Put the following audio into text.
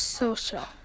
social